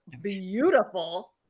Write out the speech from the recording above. beautiful